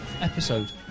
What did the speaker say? episode